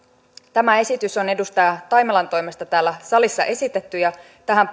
tämä esitys on edustaja taimelan toimesta täällä salissa esitetty ja tähän